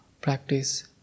practice